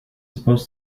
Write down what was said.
supposed